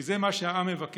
כי זה מה שהעם מבקש.